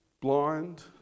blind